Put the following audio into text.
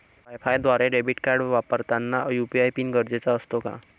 वायफायद्वारे debit card वापरताना UPI PIN गरजेचा असतो का?